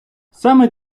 саме